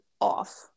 off